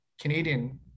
Canadian